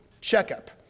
checkup